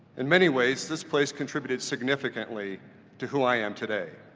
in many ways, this place contributed significantly to who i am today.